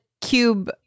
cube